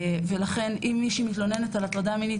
ולכן אם מישהי מתלוננת על הטרדה מינית